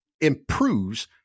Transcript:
improves